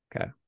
Okay